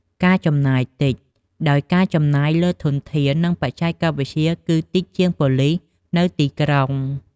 ការចំណាយតិច ដោយការចំណាយលើធនធាន និងបច្ចេកវិទ្យាគឺតិចជាងប៉ូលិសនៅទីក្រុង។